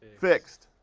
fixed.